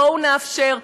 בואו נאפשר,